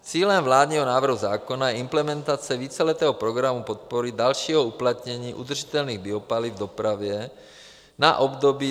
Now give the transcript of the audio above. Cílem vládního návrhu zákona je implementace Víceletého programu podpory dalšího uplatnění udržitelných biopaliv v dopravě na období 20152020.